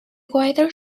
wider